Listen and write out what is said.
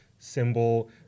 symbol